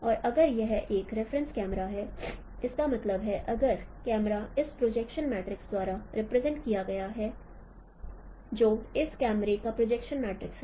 और अगर यह एक रेफरेंस कैमरा है इसका मतलब है अगर कैमरा इस प्रोजेक्शन मैट्रिक्स द्वारा रिप्रेजेंट किया गया है जो इस कैमरे का प्रोजेक्शन मैट्रिक्स है